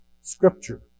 scripture